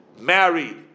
married